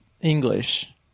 English